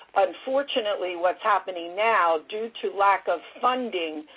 unfortunately, what's happening now, due to lack of funding,